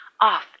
off